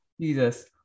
Jesus